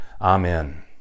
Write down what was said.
Amen